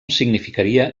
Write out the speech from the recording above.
significaria